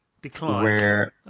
Decline